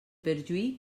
perjuí